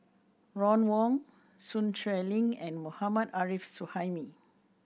Ron Wong Sun Xueling and Mohammad Arif Suhaimi